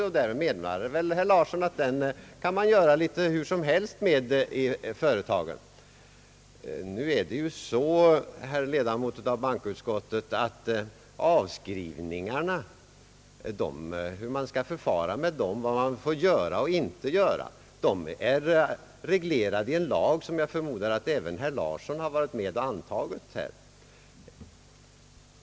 Herr Larsson menar tydligen att man inom företagen kan göra litet hur man vill med vinsten. Nu är det ju så, herr ledamot av bankoutskottet, att vad man får göra och inte göra när det gäller avskrivningar är reglerat i en lag som jag förmodar att även herr Larsson har varit med om att anta.